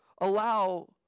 allow